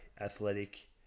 athletic